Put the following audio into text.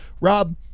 Rob